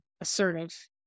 assertive